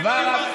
אז למה,